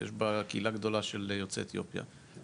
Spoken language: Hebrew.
ויש בה קהילה גדולה של יוצאי אתיופיה,